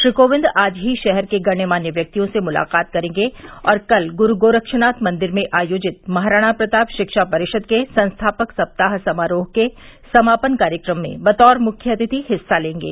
श्री कोविंद आज ही शहर के गण्यमान्य व्यक्तियों से मुलाकात करेंगे और कल गुरू गोरक्षनाथ मंदिर में आयोजित महाराणा प्रताप शिक्षा परिषद के संस्थापक सप्ताह समारोह के समापन कार्यक्रम में बतौर मुख्य अतिथि हिस्सा लेंगे